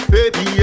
Baby